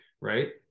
right